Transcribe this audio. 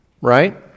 right